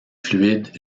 fluides